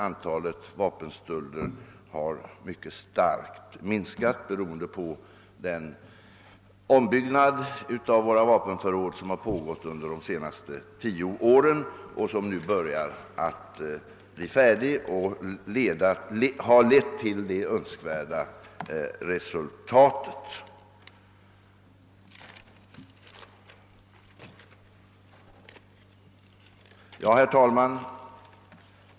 Antalet sådana stölder har minskat mycket starkt beroende på den ombyggnad av våra vapenförråd som har pågått under de senaste tio åren och vilken nu börjar bli färdig och har lett till de önskvärda resultaten. Herr talman!